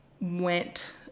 went